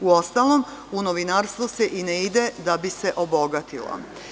Uostalom, u novinarstvo se ne ide da bi se obogatilo.